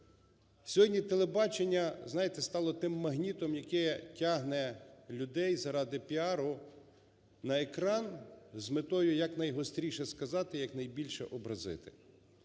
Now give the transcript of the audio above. Сьогодні телебачення, знаєте, стало тим магнітом, який тягне людей заради піару на екран з метою найгостріше сказати, якнайбільше образити.